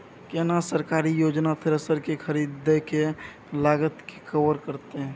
केना सरकारी योजना थ्रेसर के खरीदय के लागत के कवर करतय?